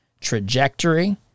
trajectory